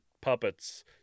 puppets